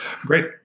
Great